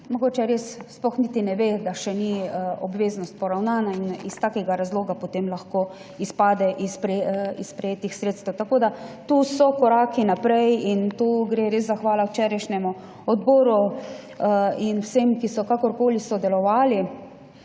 mogoče res sploh niti ne ve, da obveznost še ni poravnana in iz takega razloga potem lahko izpade iz prejetih sredstev. Tako da to so koraki naprej in tu gre res zahvala včerajšnjemu odboru in vsem, ki so kakorkoli sodelovali